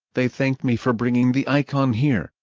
they thank me for bringing the icon here.